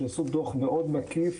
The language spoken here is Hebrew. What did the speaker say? הם עשו דוח מאוד מקיף